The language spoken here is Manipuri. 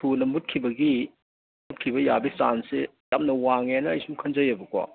ꯊꯨꯅ ꯃꯨꯠꯈꯤꯕꯒꯤ ꯃꯨꯠꯈꯤꯕꯒꯤ ꯌꯥꯕꯒꯤ ꯆꯥꯟꯁꯁꯦ ꯌꯥꯝꯅ ꯋꯥꯡꯉꯦꯅ ꯑꯩ ꯁꯨꯝ ꯈꯟꯖꯩꯑꯕꯀꯣ